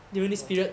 oh